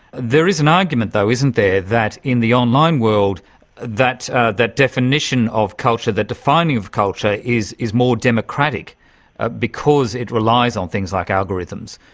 there is an argument though, isn't there, that in the online world that that definition of culture, the defining of culture is is more democratic ah because it relies on things like algorithms.